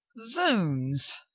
zounds,